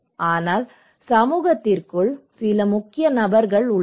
ஆனால் சமூகத்திற்குள் சில முக்கிய நபர்கள் உள்ளனர்